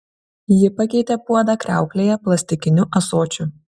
ji pakeitė puodą kriauklėje plastikiniu ąsočiu